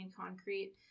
concrete